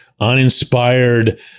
uninspired